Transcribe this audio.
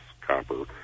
copper